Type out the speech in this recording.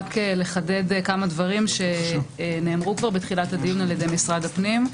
רק לחדד כמה דברים שנאמרו כבר בתחילת הדיון על ידי משרד הפנים.